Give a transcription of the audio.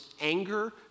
anger